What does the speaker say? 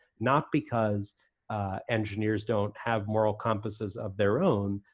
not because engineers don't have moral compasses of their own,